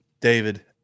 david